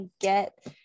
get